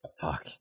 Fuck